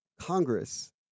Congress